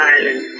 Island